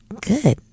good